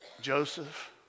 Joseph